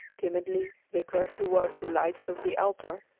timidly they crept toward the lights of the altar,